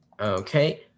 Okay